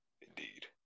Indeed